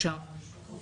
זו הייתה הפעם